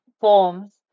forms